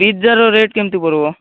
pizza ର rate କେମିତି ପଡ଼ିବ